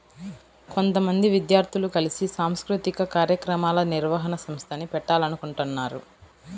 కొంతమంది విద్యార్థులు కలిసి సాంస్కృతిక కార్యక్రమాల నిర్వహణ సంస్థని పెట్టాలనుకుంటన్నారు